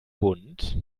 bunt